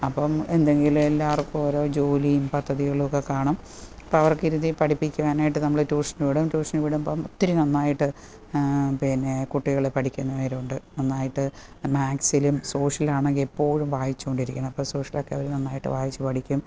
അപ്പം എന്തെങ്കിലും എല്ലാവർക്കും ഓരോ ജോലിയും പദ്ധതികളൊക്കെ കാണും അപ്പം അവർക്കിരുത്തി പഠിപ്പിക്കുവാനായിട്ട് നമ്മൾ ട്യൂഷനു വിടും ട്യുഷനു വിടുമ്പം ഒത്തിരി നന്നായിട്ട് പിന്നെ കുട്ടികൾ പഠിക്കുന്നവരുണ്ട് നന്നായിട്ട് മാത്സിലും സോഷ്യൽ ആണെങ്കിൽ എപ്പോഴും വായിച്ചുകൊണ്ടിരിക്കണം അപ്പോൾ സോഷ്യലൊക്കെ അവർ നന്നായിട്ട് വായിച്ചു പഠിക്കും